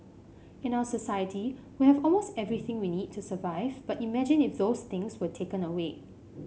in our society we have almost everything we need to survive but imagine if those things were taken away